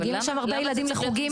מגיעים לשם הרבה ילדים לחוגים.